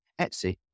etsy